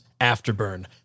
Afterburn